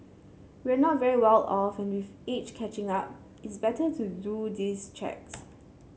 we're not very well off and with age catching up it's better to do these checks